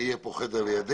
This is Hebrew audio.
אני אהיה פה חדר לידך.